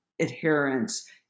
adherence